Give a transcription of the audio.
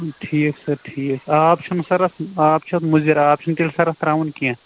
ٹھیٖک سَر ٹھیٖک آب چھُنہٕ سَر اَتھ آب چھُ اَتھ مُضِر آب چھُنہٕ تیٚلہِ سَر اَتھ ترٛاوُن کیٚنٛہہ